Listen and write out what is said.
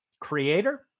creator